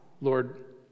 Lord